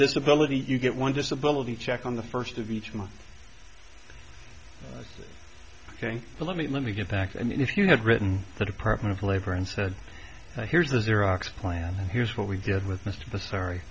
disability you get one disability check on the first of each month ok so let me let me get back i mean if you had written the department of labor and said here's the xerox plan here's what we did w